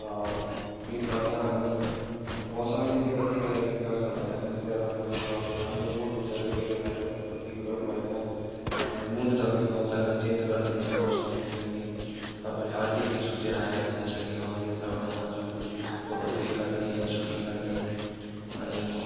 click गर्छ अनि मौसमले चाहिँ कतिको एफेक्ट गर्छ भन्दाखेरि चाहिँ अगर तपाईँको अब राम्रो मुड हुन्छ कोही कोही बेला होइन फोटो क्लिक गगरौँ भनेर एन्ड मुड तपाईँको अचानक चेन्ज गरिदिन्छ मौसमले किनकि तपाईँले अर्कै केही सोचेर आएको हुन्छ कि अँ यो जग्गामा आज फोटो क्लिक गर्ने या सुटिङ गर्ने अनि